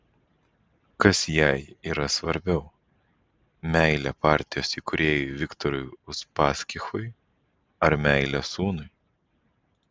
kas jai yra svarbiau meilė partijos įkūrėjui viktorui uspaskichui ar meilė sūnui